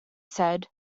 said